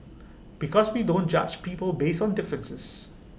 because we don't judge people based on differences